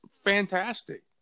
fantastic